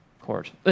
court